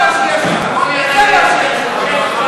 מחבלים משחררים, ילדים לא